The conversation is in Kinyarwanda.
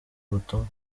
ubutumwa